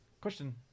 Question